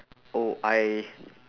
oh I